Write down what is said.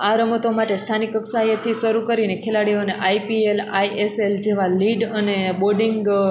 આ રમતો માટે સ્થાનિક કક્ષાએથી શરૂ કરીને ખેલાડીઓને આઈપીએલ આઈએસએલ જેવા લીડ અને બોડિગ